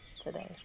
today